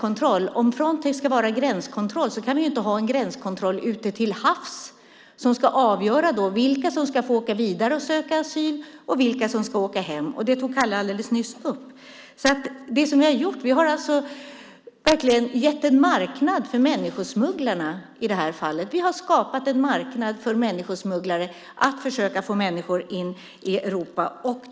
Om Frontex ska utöva gränskontroll kan vi inte ha en gränskontroll ute till havs där man ska avgöra vilka som får åka vidare och söka asyl, vilka som ska åka hem. Det tog Kalle alldeles nyss upp. Det som vi har gjort är att vi verkligen gett en marknad för människosmugglarna i det här fallet. Vi har skapat en marknad för människosmugglare att försöka få människor in i Europa.